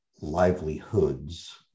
livelihoods